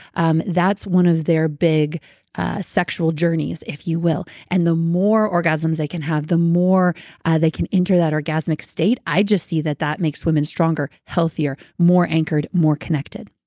um that's one of their big sexual journeys, if you will. and the more orgasms they can have, the more they can enter that orgasmic state. i just see that that makes women stronger, healthier, more anchored, more connected.